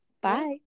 Bye